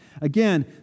Again